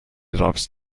loves